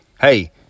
Hey